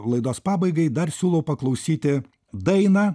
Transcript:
laidos pabaigai dar siūlau paklausyti dainą